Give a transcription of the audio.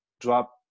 drop